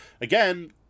Again